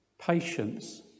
patience